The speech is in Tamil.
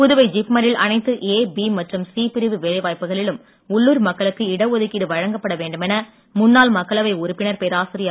புதுவை ஜிப்மரில் அனைத்து ஏ பி மற்றும் சி பிரிவு வேலைவாய்ப்புக்களிலும் உள்ளூர் மக்களுக்கு இட ஒதுக்கீடு வழங்கப்பட வேண்டுமென முன்னாள் மக்களவை உறுப்பினர் பேராசிரியர்